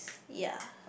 ya